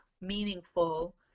meaningful